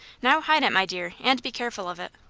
now hide it, my dear, and be careful of it.